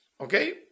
okay